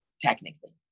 technically